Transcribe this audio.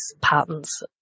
patents